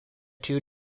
two